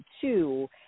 two